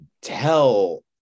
tell